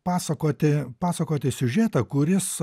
pasakoti pasakoti siužetą kuris